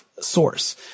source